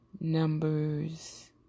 numbers